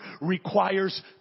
requires